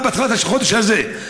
בתחילת החודש הזה,